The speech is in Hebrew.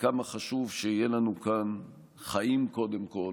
כמה חשוב שיהיו לנו כאן חיים קודם כול,